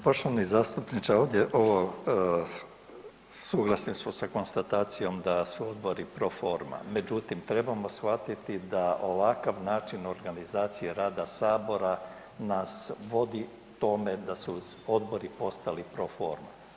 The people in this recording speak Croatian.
Poštovani zastupniče ovdje ovo, suglasni smo sa konstatacijom da su odbori proforma, međutim trebamo shvatiti da ovakav način organizacije rada sabora nas vodi k tome da su odbori postali proforma.